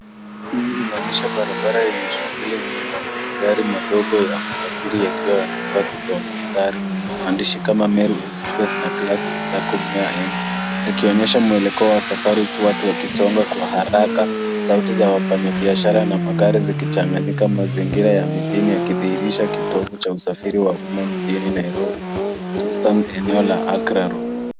Hii inaonyesha barabara yenye shughuli nyingi. Gari madogo ya usafiri yakiwa yamebaki kwa mistari. Maandishi kama Meru Express Classic Sacco yakionyesha mwelekeo wa safari huku watu wakisonga kwa haraka. Sauti za wafanyibiashara na magari zikichanganyika. Mazingira ya mjini yakidhihirisha kitovu cha usafiri eneo la Nairobi, hususan eneo la Accra Road.